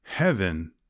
Heaven